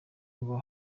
ngo